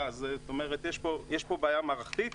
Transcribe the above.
זאת אומרת שיש פה בעיה מערכתית.